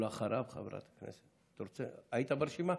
ואחריו, היית ברשימה?